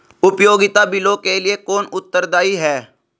उपयोगिता बिलों के लिए कौन उत्तरदायी है?